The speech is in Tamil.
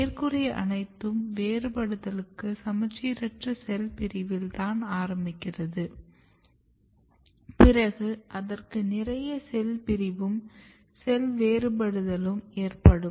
மேற்கூறிய அனைத்து வேறுபடுதலும் சமச்சீரற்ற செல் பிரிவில் தான் ஆரம்பிக்கிறது பிறகு அதற்கு நிறைய செல் பிரிவும் செல் வேறுபடுத்தலும் ஏற்படும்